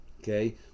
okay